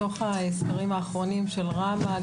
מתוך ההסדרים האחרונים של רמ"א,